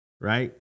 right